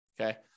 okay